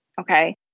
Okay